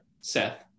Seth